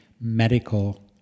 medical